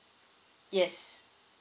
yes